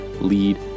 lead